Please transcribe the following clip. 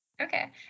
Okay